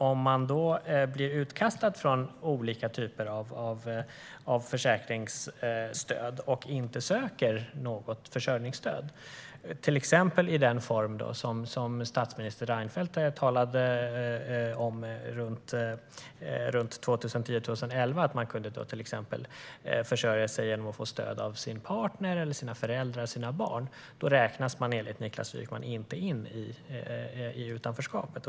Om man blir utkastad från olika typer av försäkringsstöd och inte söker något försörjningsstöd - till exempel i den form som statsminister Reinfeldt talade om runt 2010-2011 där man kan försörja sig genom att exempelvis få stöd av sin partner, sina föräldrar eller sina barn - räknas man enligt Niklas Wykman inte in i utanförskapet.